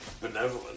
benevolent